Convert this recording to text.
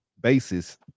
basis